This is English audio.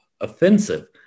offensive